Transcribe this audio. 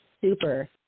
super